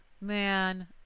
Man